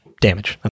damage